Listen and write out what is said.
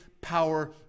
power